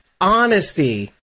honesty